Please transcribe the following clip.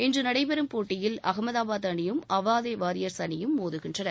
இன்று நடைபெறும் போட்டியில் அகமதாபாத் அணியும் அவாதே வாரியர்ஸ் அணியும் மோதுகின்றன